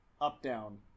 up-down